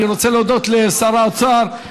אני רוצה להודות לשר האוצר,